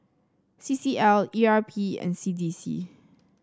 C C L E R P and C D C